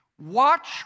Watch